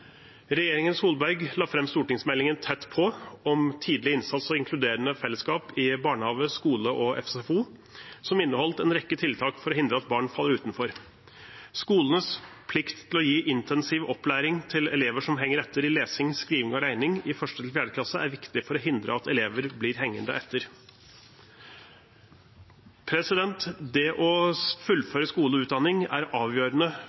Regjeringen Solberg la fram stortingsmeldingen Tett på – tidlig innsats og inkluderende fellesskap i barnehage, skole og SFO, som inneholdt en rekke tiltak for å hindre at barn faller utenfor. Skolenes plikt til å gi intensiv opplæring til elever som henger etter i lesing, skriving og regning i 1.–4. klasse, er viktig for å hindre at elever blir hengende etter. Det å fullføre skole og utdanning er avgjørende